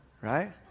right